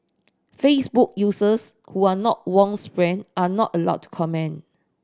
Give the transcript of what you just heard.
facebook users who are not Wong's friends are not allowed to comment